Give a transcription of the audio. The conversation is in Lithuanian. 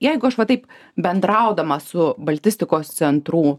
jeigu aš va taip bendraudama su baltistikos centrų